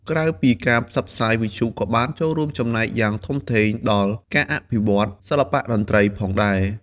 ក្រៅពីការផ្សព្វផ្សាយ វិទ្យុក៏បានរួមចំណែកយ៉ាងធំធេងដល់ ការអភិវឌ្ឍសិល្បៈតន្ត្រី ផងដែរ។